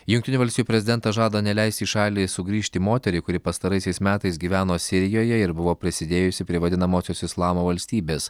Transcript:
jungtinių valstijų prezidentas žada neleisti į šalį sugrįžti moteria kuri pastaraisiais metais gyveno sirijoje ir buvo prisidėjusi prie vadinamosios islamo valstybės